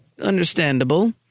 understandable